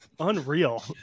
unreal